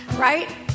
right